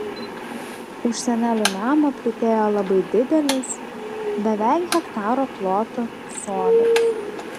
už senelių namo plytėjo labai didelis beveik hektaro ploto sodas